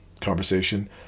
conversation